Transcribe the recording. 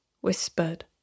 whispered